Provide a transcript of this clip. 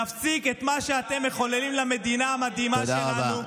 נפסיק את מה שאתם מחוללים למדינה המדהימה שלנו,